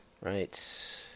right